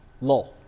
law